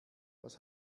was